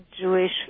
Jewish